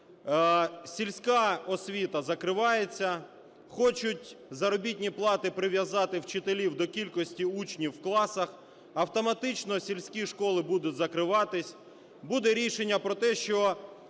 Сільська освіта закривається. Хочуть заробітні плати прив'язати вчителів до кількості учнів в класах. Автоматично сільські школи будуть закриватись. Буде рішення про те, що